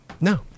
No